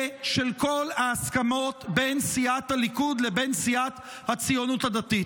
של כל ההסכמות בין סיעת הליכוד לבין סיעת הציונות הדתית,